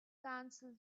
council